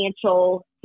financial